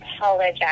apologize